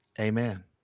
Amen